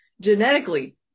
genetically